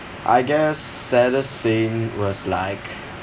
I guess saddest scene was like